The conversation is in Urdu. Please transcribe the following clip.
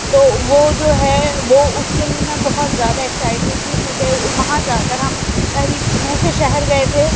تو وہ جو ہے وہ اس کے لئے میں بہت زیادہ ایکسائیٹیڈ تھی کیونکہ وہاں جا کر ہم پہلی دوسرے شہر گئے تھے